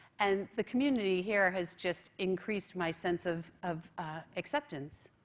and the community here has just increased my sense of of acceptance.